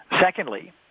Secondly